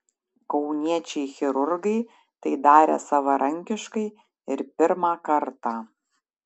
kauniečiai chirurgai tai darė savarankiškai ir pirmą kartą